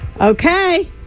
okay